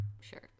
sure